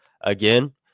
again